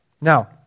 Now